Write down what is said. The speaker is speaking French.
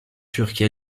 turque